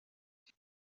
bwe